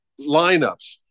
lineups